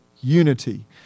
unity